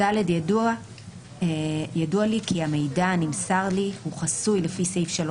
(ד) ידוע לי כי המידע הנמסר לי הוא חסוי לפי סעיף 3